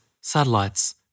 satellites